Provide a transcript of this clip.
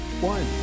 one